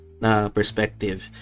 perspective